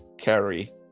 Carrie